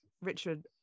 richard